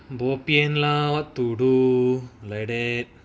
bo pian lah what to do like that